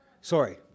Sorry